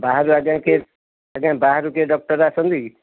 ବାହାରୁ ଆଜ୍ଞା କିଏ ଆଜ୍ଞା ବାହାରୁ କିଏ ଡକ୍ଚର୍ ଆସନ୍ତି କି